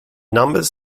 numbers